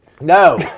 No